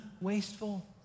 wasteful